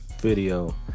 video